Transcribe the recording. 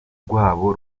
rwabo